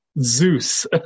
Zeus